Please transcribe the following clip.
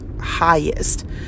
highest